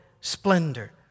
splendor